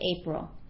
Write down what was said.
April